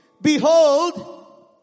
Behold